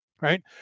right